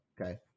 Okay